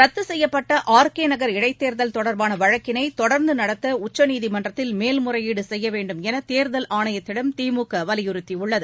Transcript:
ரத்து செய்யப்பட்ட R K நகர் இடைத்தேர்தல் தொடர்பான வழக்கினை தொடர்ந்து நடத்த உச்சநீதிமன்றத்தில் மேல் முறையீடு செய்ய வேண்டும் என தேர்தல் ஆணையத்திடம் திமுக வலியுறுத்தியுள்ளது